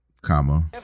comma